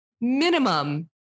minimum